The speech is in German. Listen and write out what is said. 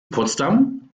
potsdam